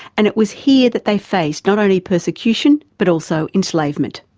and it was here that they faced not only persecution but also enslavement.